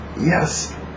yes